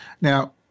Now